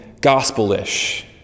gospel-ish